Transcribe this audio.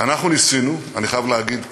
אנחנו ניסינו, אני חייב להגיד ביושר,